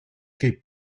che